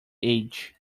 age